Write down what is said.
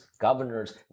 governors